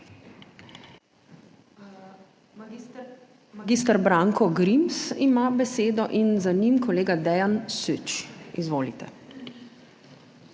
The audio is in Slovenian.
Mag. Branko Grims ima besedo, za njim kolega Dejan Süč. Izvolite.